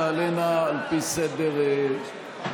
תעלינה על פי סדר גודלן,